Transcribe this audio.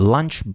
Lunch